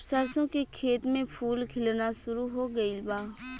सरसों के खेत में फूल खिलना शुरू हो गइल बा